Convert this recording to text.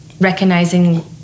recognizing